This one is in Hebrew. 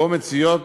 שיש בו